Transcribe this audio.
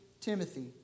Timothy